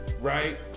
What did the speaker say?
right